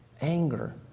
Anger